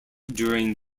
during